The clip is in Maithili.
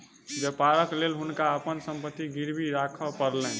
व्यापारक लेल हुनका अपन संपत्ति गिरवी राखअ पड़लैन